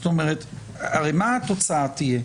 הרי מה התוצאה תהיה?